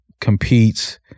competes